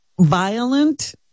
violent